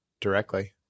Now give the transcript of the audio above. directly